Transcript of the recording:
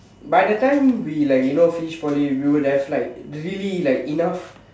by the time we like you know finish Poly we would have like really enough